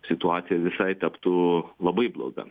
situacija visai taptų labai bloga